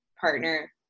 partner